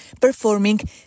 performing